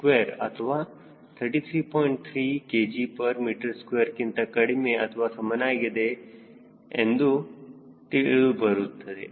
3 kgm2ಕ್ಕಿಂತ ಕಡಿಮೆ ಅಥವಾ ಸಮನಾಗಿದೆ ಇದೆ ಎಂದು ತಿಳಿದುಬರುತ್ತದೆ